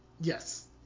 Yes